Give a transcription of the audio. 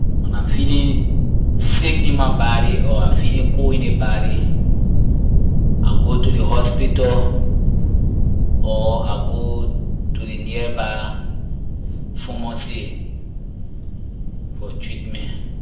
When I feeling sick in my body or I feeling cold in ley body I go to ley hospital or I go to ley nearby pharmacy for treatment.